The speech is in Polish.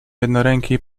jednoręki